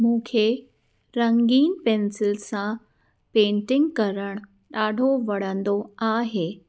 मूंखे रंगीन पेंसिल सां पेंटिंग करणु ॾाढो वणंदो आहे